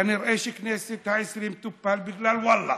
כנראה הכנסת העשרים תופל בגלל וואלה.